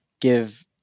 give